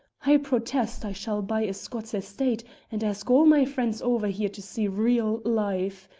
i protest i shall buy a scots estate and ask all my friends over here to see real life.